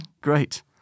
Great